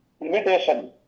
imitation